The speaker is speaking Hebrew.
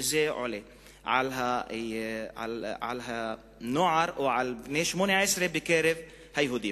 וזה עולה על שיעור בני ה-18 העבריינים בקרב היהודים.